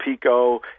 Pico